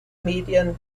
medien